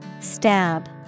Stab